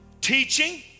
Teaching